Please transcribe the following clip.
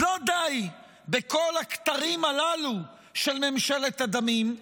אז לא די בכל הכתרים הללו של ממשלת הדמים,